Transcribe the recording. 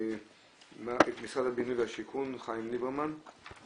משרד הבינוי והשיכון, חיים ליברמן.